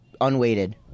unweighted